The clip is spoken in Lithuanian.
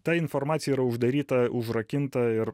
ta informacija yra uždaryta užrakinta ir